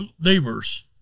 neighbors